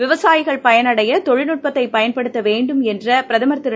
விவசாயிகள் பயன் அடையதொழில்நுட்பத்தைபயன்படுத்தவேண்டும் என்றபிரதமா் திரு